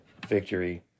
victory